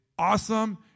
awesome